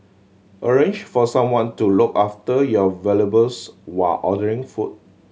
arrange for someone to look after your valuables while ordering food